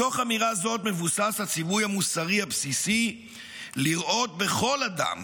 מתוך אמירה זאת מבוסס הציווי המוסרי הבסיסי לראות בכל אדם